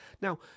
Now